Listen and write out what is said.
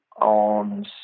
on